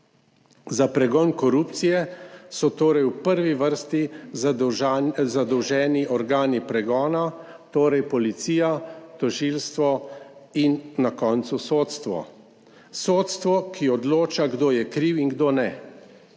Za pregon korupcije so torej v prvi vrsti zadolženi organi pregona, torej policija, tožilstvo in na koncu sodstvo - sodstvo, ki odloča, kdo je kriv in kdo ne.